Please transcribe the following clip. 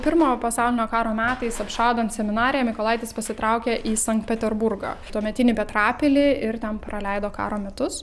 pirmojo pasaulinio karo metais apšaudant seminariją mykolaitis pasitraukė į sankt peterburgą tuometinį petrapilį ir ten praleido karo metus